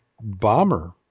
bomber